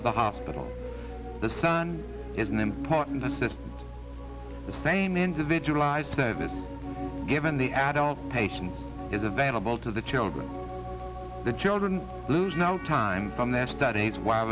of the hospital the son is an important as that same individualized service given the adult patient is available to the children the children lose now time from their studies while